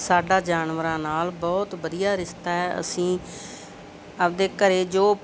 ਸਾਡਾ ਜਾਨਵਰਾਂ ਨਾਲ ਬਹੁਤ ਵਧੀਆ ਰਿਸ਼ਤਾ ਹੈ ਅਸੀਂ ਆਪਦੇ ਘਰ ਜੋ